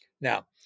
Now